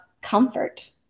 comfort